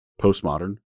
Postmodern